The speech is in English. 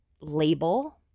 label